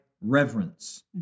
reverence